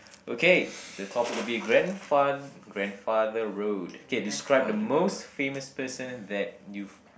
okay the topic will be a grand fa~ grandfather road okay describe the most famous person that you've